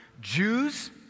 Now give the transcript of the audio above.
Jews